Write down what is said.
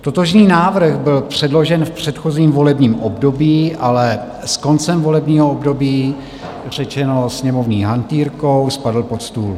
Totožný návrh byl předložen v předchozím volebním období, ale s koncem volebního období řečeno sněmovní hantýrkou: spadl pod stůl.